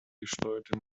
gesteuerte